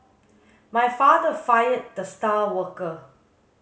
my father fired the star worker